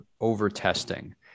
over-testing